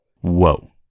Whoa